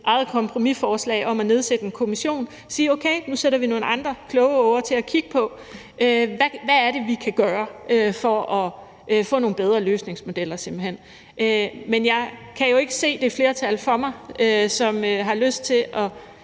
eget kompromisforslag om at nedsætte en kommission er godt, altså hvor vi siger, at okay, nu sætter vi nogle andre klogeåger til at kigge på, hvad vi kan gøre for at få nogle bedre løsningsmodeller simpelt hen. Men jeg kan jo ikke se det flertal for mig, som har lyst til at